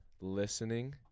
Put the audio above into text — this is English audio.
listening